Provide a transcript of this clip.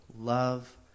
love